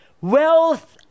wealth